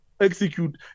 execute